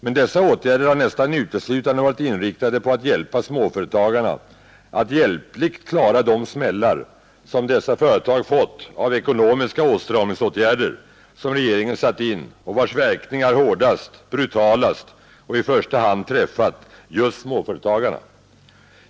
Men dessa åtgärder har nästan uteslutande varit inriktade på att hjälpa småföretagarna att hjälpligt klara de smällar som dessa företag fått av ekonomiska åtstramningsåtgärder som regeringen satt in och vilkas verkningar hårdast, brutalast och i första hand träffat just småföretagarna.